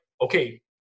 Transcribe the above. okay